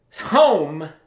home